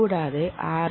കൂടാതെ ആർ